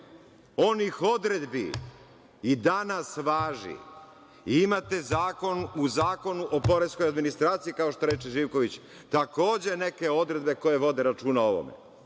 onih odredbi, i danas važi. I imate zakon u Zakonu o poreskoj administraciji, kao što reče Živković, takođe neke odredbe koje vode računa o ovome.